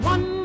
One